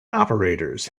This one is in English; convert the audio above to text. operators